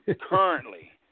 currently